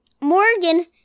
Morgan